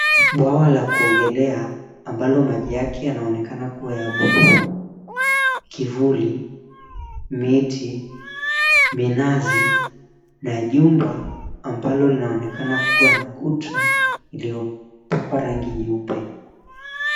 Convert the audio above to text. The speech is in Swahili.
Bwawa la kuogelea ambalo maji yake yanaonekana kuwa ya buluu, kivuli, miti, minazi na jumba ambalo linaonekana kuwa na kuta ambalo limepakwa rangi nyeupe.